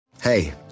Hey